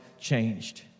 changed